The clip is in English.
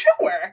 Sure